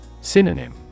Synonym